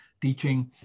teaching